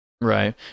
Right